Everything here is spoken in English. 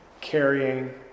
carrying